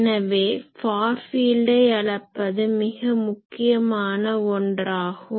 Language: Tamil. எனவே ஃபார் ஃபீல்டை அளப்பது மிக முக்கியமான ஒன்றாகும்